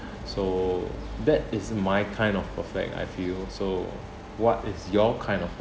so that is my kind of perfect I feel so what is your kind of